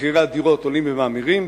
מחירי הדירות עולים ומאמירים,